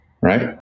right